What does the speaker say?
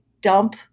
dump